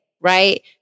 right